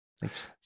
thanks